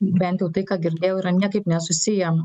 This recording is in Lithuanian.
bent jau tai ką girdėjau yra niekaip nesusiję